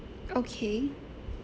okay